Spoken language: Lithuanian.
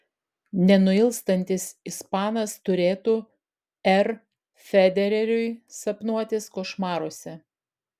nenuilstantis ispanas turėtų r federeriui sapnuotis košmaruose